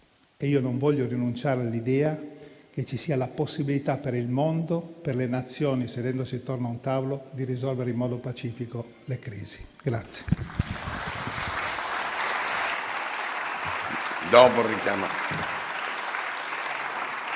Io non voglio rinunciare all'idea che ci sia la possibilità per il mondo e per le Nazioni, sedendosi intorno a un tavolo, di risolvere in modo pacifico le crisi.